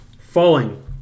falling